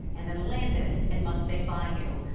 and then landed in mustang bayou.